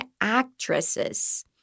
actresses